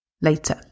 later